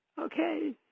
Okay